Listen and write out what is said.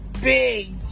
big